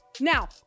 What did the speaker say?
Now